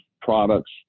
products